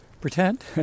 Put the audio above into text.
pretend